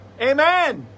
Amen